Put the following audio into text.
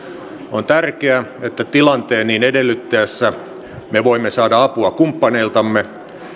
on tärkeää että tilanteen niin edellyttäessä me voimme saada apua kumppaneiltamme